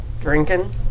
Drinking